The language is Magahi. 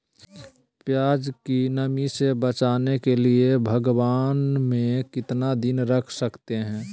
प्यास की नामी से बचने के लिए भगवान में कितना दिन रख सकते हैं?